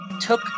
took